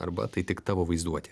arba tai tik tavo vaizduotė